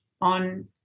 on